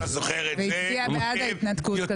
והצביע בעד ההתנתקות.